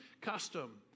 custom